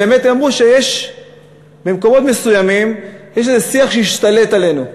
ובאמת הם אמרו שיש מקומות מסוימים שאיזה שיח שהשתלט עלינו,